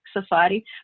society